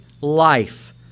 life